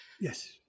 Yes